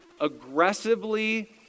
aggressively